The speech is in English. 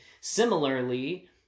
similarly